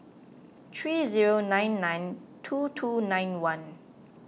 three zero nine nine two two nine one